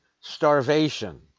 starvation